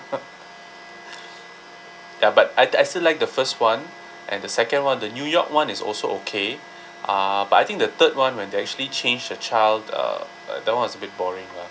ya but I I still like the first [one] and the second [one] the new york [one] is also okay uh but I think the third [one] when they actually change the child uh ah that [one] is a bit boring lah